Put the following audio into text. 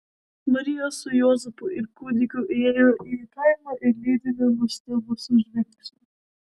marija su juozapu ir kūdikiu įėjo į kaimą lydimi nustebusių žvilgsnių